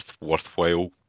worthwhile